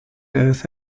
earth